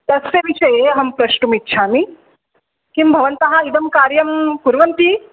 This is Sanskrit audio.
तस्य विषये अहं प्रष्टुमिच्छामि किं भवन्तः इदं कार्यं कुर्वन्ति